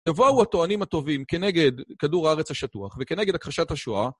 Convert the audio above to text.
יבואו הטוענים הטובים כנגד כדור הארץ השטוח וכנגד הכחשת השואה.